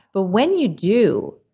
but when you do,